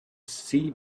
see